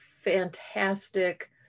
fantastic